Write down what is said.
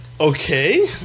Okay